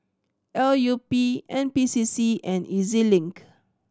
L U P N P C C and E Z Link